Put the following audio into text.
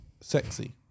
sexy